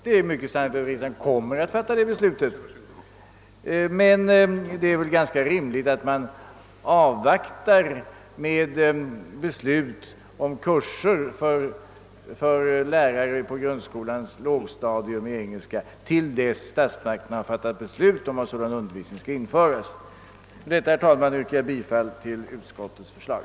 Det är mycket sannolikt att riksdagen kommer att fatta ett dylikt beslut, men det är väl ganska rimligt att man avvaktar, att statsmakterna fattar beslut om att sådan undervisning skall införas, innan man beslutar om kurser för lärare på grundskolans lågstadium i ämnet. Med det anförda ber jag, herr talman, att få yrka bifall till utskottets förslag.